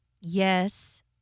Yes